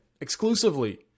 exclusively